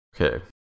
Okay